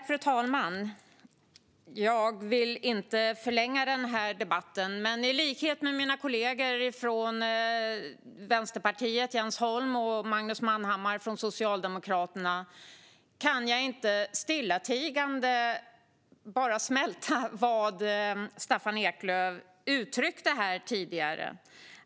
Fru talman! Jag vill inte förlänga den här debatten, men i likhet med mina kollegor Jens Holm från Vänsterpartiet och Magnus Manhammar från Socialdemokraterna kan jag inte stillatigande smälta det som Staffan Eklöf uttryckte här tidigare.